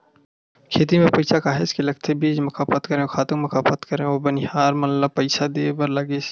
खेती म पइसा काहेच के लगथे बीज म खपत करेंव, खातू म खपत करेंव अउ बनिहार मन ल पइसा देय बर लगिस